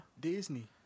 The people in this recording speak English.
Disney